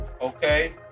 Okay